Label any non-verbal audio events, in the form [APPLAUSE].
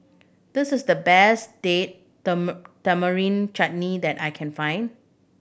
this is the best Date [UNINTELLIGIBLE] Tamarind Chutney that I can find